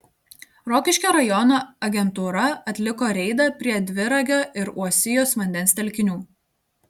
rokiškio rajono agentūra atliko reidą prie dviragio ir uosijos vandens telkinių